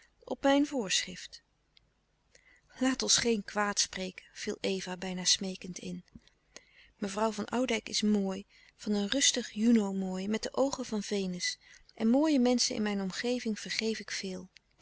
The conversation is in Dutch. op mijn voorschrift laat ons geen kwaad spreken viel eva bijna smeekend in mevrouw van oudijck is louis couperus de stille kracht mooi van een rustig juno mooi met de oogen van venus en mooie menschen in mijn omgeving vergeef ik veel